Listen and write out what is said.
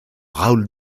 raoul